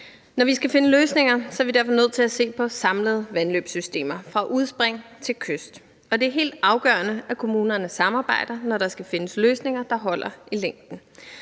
Når vi skal finde løsninger, er vi derfor nødt til at se på samlede vandløbssystemer, fra udspring til kyst. Og det er helt afgørende, at kommunerne samarbejder, når der skal findes løsninger, der holder i længden.